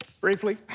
briefly